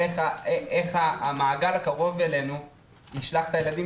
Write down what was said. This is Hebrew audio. איך המעגל הקרוב אלינו ישלח את הילדים